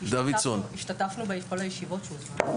השתתפנו בכל הישיבות שהוזמנו.